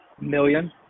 Million